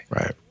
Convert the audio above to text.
Right